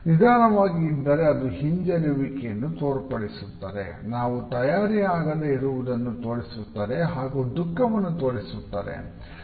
ನಿಧಾನವಾಗಿ ಇದ್ದರೆ ಅದು ಹಿಂಜರಿಯುವಿಕೆಯನ್ನು ತೋರ್ಪಡಿಸುತ್ತದೆ ನಾವು ತಯಾರಿ ಆಗದೆ ಇರುವುದನ್ನು ತೋರಿಸುತ್ತದೆ ಹಾಗು ದುಃಖವನ್ನು ತೋರಿಸುತ್ತದೆ